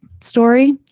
story